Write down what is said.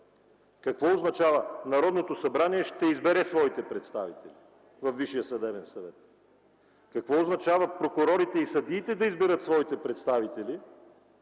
Какво означава това, че Народното събрание ще избере своите представители във Висшия съдебен съвет, но какво означава прокурорите и съдиите да изберат своите представители